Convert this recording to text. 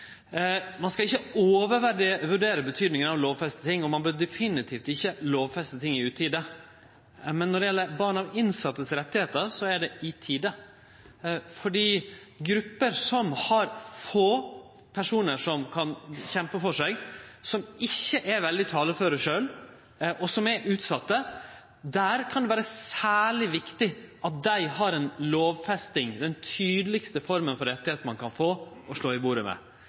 ein skal ikkje overvurdere betydinga av å lovfeste ting, og ein bør definitivt ikkje lovfeste i utide, men når det gjeld barn av innsette sine rettar, er det i tide fordi for dei gruppene som har få personar som kan kjempe for seg, som ikkje er veldig taleføre sjølve, og som er utsette, kan det vere særleg viktig å ha ei lovfesting, den tydelegaste forma for rettigheit ein kan ha, å slå i bordet med.